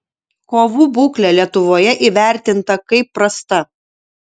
kovų būklė lietuvoje įvertinta kaip prasta